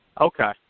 Okay